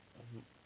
um